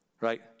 Right